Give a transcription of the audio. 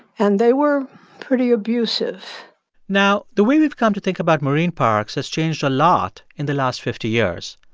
and they were pretty abusive now, the way we've come to think about marine parks has changed a lot in the last fifty years.